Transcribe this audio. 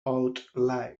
out